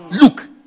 Look